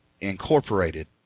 incorporated